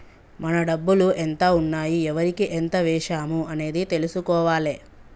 మన డబ్బులు ఎంత ఉన్నాయి ఎవరికి ఎంత వేశాము అనేది తెలుసుకోవాలే